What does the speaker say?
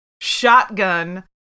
shotgun